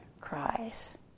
cries